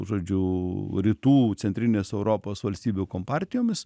žodžiu rytų centrinės europos valstybių kompartijomis